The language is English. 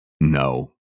no